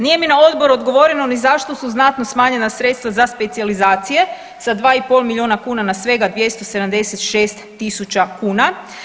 Nije mi na Odboru odgovoreno ni zašto su znatno smanjena sredstva za specijalizacije sa 2 i pol milijuna kuna na svega 276 tisuća kuna.